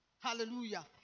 Hallelujah